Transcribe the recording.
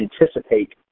anticipate